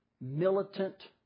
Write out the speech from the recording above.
militant